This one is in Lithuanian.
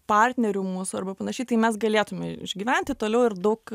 partnerių mūsų arba panašiai tai mes galėtume išgyventi toliau ir daug